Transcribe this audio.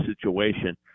situation